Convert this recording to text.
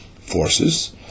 forces